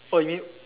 oh you mean